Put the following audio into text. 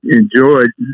Enjoyed